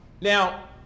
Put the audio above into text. Now